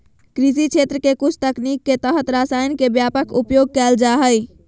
कृषि क्षेत्र के कुछ तकनीक के तहत रसायन के व्यापक उपयोग कैल जा हइ